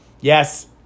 Yes